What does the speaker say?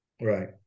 Right